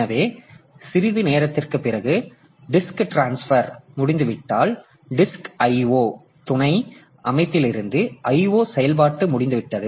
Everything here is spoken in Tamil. எனவே சிறிது நேரத்திற்குப் பிறகு டிஸ்க் டிரான்ஸ்பர் முடிந்துவிட்டால் டிஸ்க் IO துணை அமைப்பிலிருந்து I O செயல்பாடு முடிந்துவிட்டது